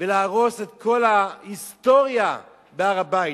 ולהרוס את כל ההיסטוריה בהר-הבית.